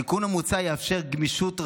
התיקון המוצע יאפשר גמישות רבה,